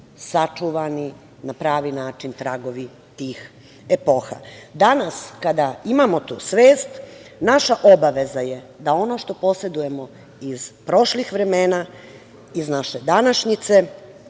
sačuvani na pravi način tragovi tih epoha. Danas, kada imamo tu svest, naša obaveza je da ono što posedujemo iz prošlih vremena, iz naše današnjice,